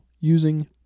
using